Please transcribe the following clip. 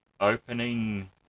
Opening